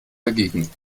dagegen